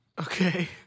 Okay